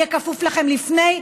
יהיה כפוף לכם לפני,